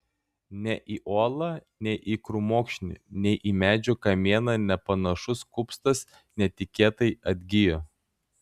nei į uolą nei į krūmokšnį nei į medžio kamieną nepanašus kupstas netikėtai atgijo